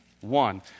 One